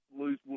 lose